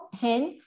hand